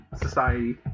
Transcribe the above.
society